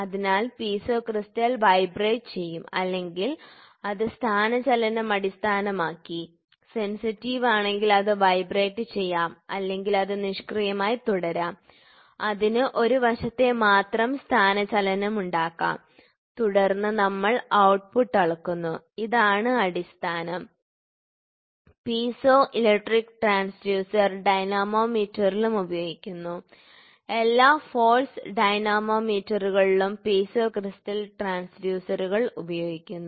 അതിനാൽ piezo crystal vibrate ചെയ്യും അല്ലെങ്കിൽ അത് സ്ഥാനചലനം അടിസ്ഥാനമാക്കി സെൻസിറ്റീവ് ആണെങ്കിൽ അത് വൈബ്രേറ്റുചെയ്യാം അല്ലെങ്കിൽ അത് നിഷ്ക്രിയമായി തുടരാം അതിന് ഒരു വശത്തെ മാത്രം സ്ഥാനചലനം ഉണ്ടാക്കാം തുടർന്ന് നമ്മൾ ഔട്ട്പുട്ട് അളക്കുന്നു ഇതാണ് അടിസ്ഥാനം ശരി പീസോ ഇലക്ട്രിക് ട്രാൻസ്ഫ്യൂസർ ഡൈനാമോമീറ്ററിലും ഉപയോഗിക്കുന്നു എല്ലാ ഫോഴ്സ് ഡൈനാമോമീറ്ററുകളിലും പീസോ ക്രിസ്റ്റൽ ട്രാൻസ്ഡ്യൂസറുകൾ ഉപയോഗിക്കുന്നു